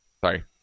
Sorry